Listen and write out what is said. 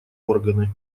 органы